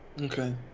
okay